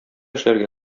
эшләргә